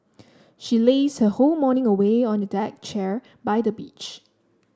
she lazed her whole morning away on a deck chair by the beach